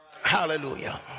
hallelujah